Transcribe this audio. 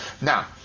Now